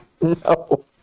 no